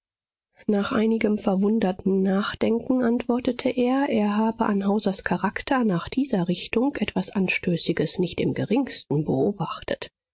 nach einigem verwunderten nachdenken antwortete er er habe an hausers charakter nach dieser richtung etwas anstößiges nicht im geringsten beobachtet